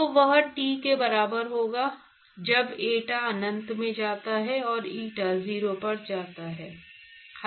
तो वह T के बराबर होगा जब eta अनंत में जाता है और eta 0 पर जाता है